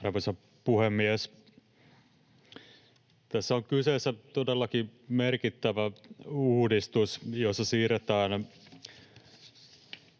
Arvoisa puhemies! Tässä on kyseessä todellakin merkittävä uudistus, jossa siirretään